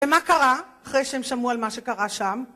ומה קרה אחרי שהם שמעו על מה שקרה שם?